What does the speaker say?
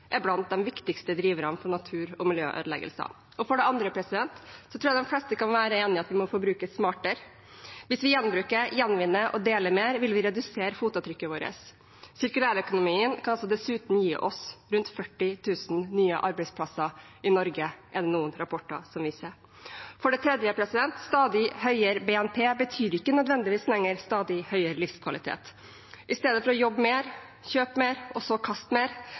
er blant de viktigste driverne for natur- og miljøødeleggelser. For det andre tror jeg de fleste kan være enige om at vi må forbruke smartere. Hvis vi gjenbruker, gjenvinner og deler mer vil vi redusere fotavtrykket vårt. Sirkulærøkonomien kan dessuten gi oss rundt 40 000 nye arbeidsplasser i Norge, er det noen rapporter som viser. For det tredje betyr ikke stadig høyere BNP nødvendigvis lenger stadig høyere livskvalitet. I stedet for å jobbe mer, kjøpe mer og så kaste mer